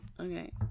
Okay